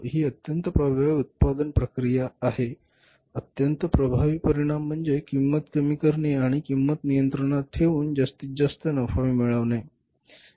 ही अत्यंत प्रभावी उत्पादन प्रक्रिया आहे अत्यंत प्रभावी परिणाम म्हणजे किंमत कमी करणे आणि किंमत नियंत्रणात ठेवून जास्तीत जास्त नफा मिळवणे